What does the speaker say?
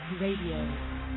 Radio